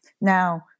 Now